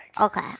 Okay